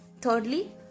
Thirdly